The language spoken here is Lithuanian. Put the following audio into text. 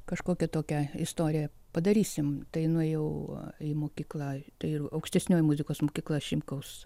kažkokią tokią istoriją padarysim tai nuėjau į mokyklą tai ir aukštesnioji muzikos mokykla šimkaus